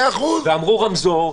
ואמרו רמזור,